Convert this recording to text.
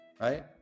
right